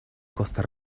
costa